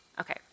Okay